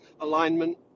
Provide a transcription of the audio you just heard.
alignment